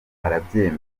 arabyemera